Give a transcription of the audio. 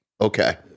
Okay